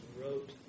wrote